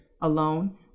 alone